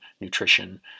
nutrition